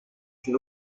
une